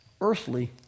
earthly